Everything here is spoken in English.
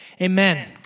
Amen